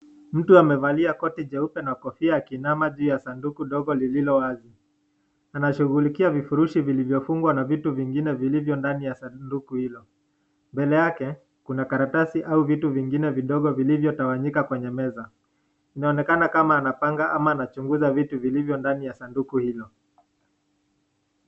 Mtu amevalia koti jeupe na kofia akiinama juu ya sanduku dogo lililo wazi, anashughulikia vifurushi vilivyo fungwa na vitu vingine vilivyo ndani ya sanduku hilo. Mbele yake kuna karatasi au vitu vingine vidogo vilivyo tawanyika kwenye meza, inaonekana kama anapanga ama anachunguza vitu vilivyo ndani ya sanduku hilo.